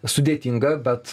sudėtinga bet